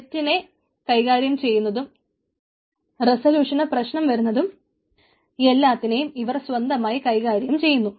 തെറ്റിനെ കൈകാര്യം ചെയ്യുന്നതും റസലൂഷന് പ്രശ്നം വരുന്നതും എല്ലാത്തിനെയും ഇവർ സ്വന്തമായി കൈകാര്യം ചെയ്യുന്നു